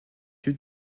lieu